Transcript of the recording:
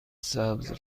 سبز